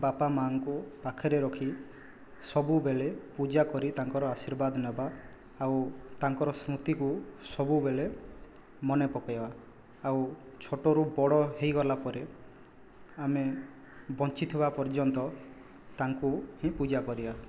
ବାପା ମାଆଙ୍କୁ ପାଖରେ ରଖି ସବୁବେଲେ ପୂଜା କରି ତାଙ୍କର ଆଶୀର୍ବାଦ ନେବା ଆଉ ତାଙ୍କର ସ୍ମୃତିକୁ ସବୁବେଲେ ମନେ ପକାଇବା ଆଉ ଛୋଟରୁ ବଡ଼ ହୋଇଗଲା ପରେ ଆମେ ବଞ୍ଚିଥିବା ପର୍ଯ୍ୟନ୍ତ ତାଙ୍କୁ ହିଁ ପୂଜା କରିବା